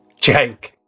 Jake